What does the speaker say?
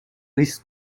risks